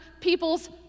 people's